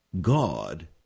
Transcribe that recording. God